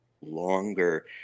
longer